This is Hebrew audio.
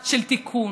תיקון,